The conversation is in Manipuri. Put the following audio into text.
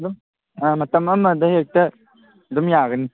ꯑꯗꯨꯝ ꯑꯥ ꯃꯇꯝ ꯑꯃꯗ ꯍꯦꯛꯇ ꯑꯗꯨꯝ ꯌꯥꯒꯅꯤ